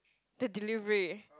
the delivery